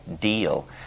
deal